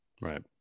Right